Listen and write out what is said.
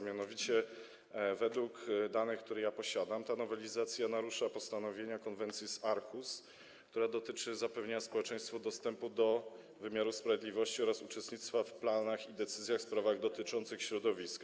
Mianowicie według danych, które posiadam, ta nowelizacja narusza postanowienia konwencji z Aarhus, która dotyczy zapewnienia społeczeństwu dostępu do wymiaru sprawiedliwości oraz uczestnictwa w planach i decyzjach w sprawach dotyczących środowiska.